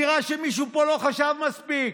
נראה שמישהו פה לא חשב מספיק.